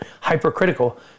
Hypercritical